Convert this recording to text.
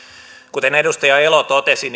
kuten edustaja elo totesi